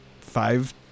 five